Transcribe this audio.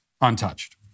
untouched